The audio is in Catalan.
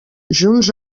junts